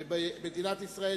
ובמדינת ישראל,